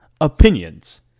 opinions